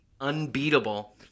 unbeatable